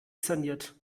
saniert